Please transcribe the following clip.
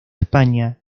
españa